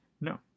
No